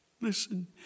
listen